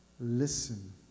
listen